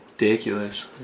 ridiculous